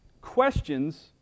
questions